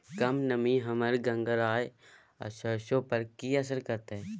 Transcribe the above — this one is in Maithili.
कम नमी हमर गंगराय आ सरसो पर की असर करतै?